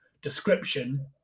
description